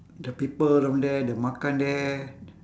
the people down there the makan there